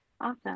Awesome